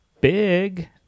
big